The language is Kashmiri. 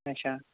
اَچھا